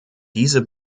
diese